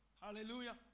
Hallelujah